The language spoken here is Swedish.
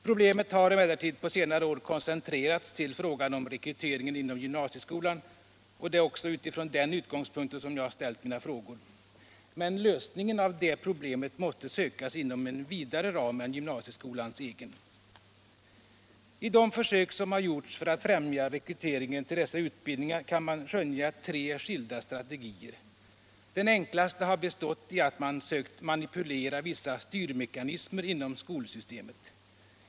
Problemet har emellertid på senare år koncentrerats till frågan om rekrytering inom gymnasieskolan, och det är också utifrån den utgångspunkten som jag har ställt mina frågor. Men lösningen av det problemet måste sökas inom en vidare ram än gymnasieskolans egen. I det försök som har gjorts för att främja rekryteringen till dessa utbildningar kan man skönja tre skilda strategier. Den enklaste har bestått i att man har sökt manipulera vissa styrmekanismer inom skolsystemet.